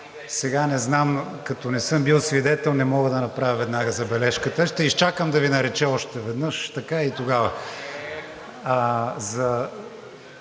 сега не знам, като не съм бил свидетел, не мога да направя веднага забележката. Ще изчакам да Ви нарече още веднъж